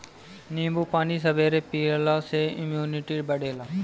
नींबू पानी सबेरे पियला से इमुनिटी बढ़ेला